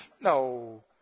No